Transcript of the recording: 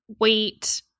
wait